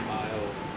miles